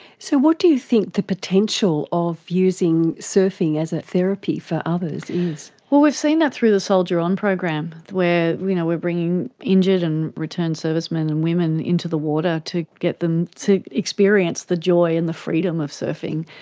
so what do you think the potential of using surfing as a therapy for others is? well, we've seen it through the soldier on program where we you know are bringing injured and returned servicemen and women into the water to get them to experience the joy and the freedom of surfing.